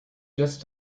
just